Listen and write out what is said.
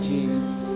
Jesus